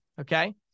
Okay